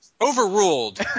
Overruled